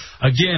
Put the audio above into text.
Again